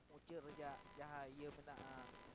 ᱢᱩᱪᱟᱹᱫ ᱨᱮᱭᱟᱜ ᱡᱟᱦᱟᱸ ᱤᱭᱟᱹ ᱢᱮᱱᱟᱜᱼᱟ